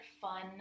fun